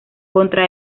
contra